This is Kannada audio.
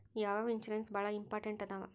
ಯಾವ್ಯಾವ ಇನ್ಶೂರೆನ್ಸ್ ಬಾಳ ಇಂಪಾರ್ಟೆಂಟ್ ಅದಾವ?